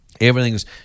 Everything's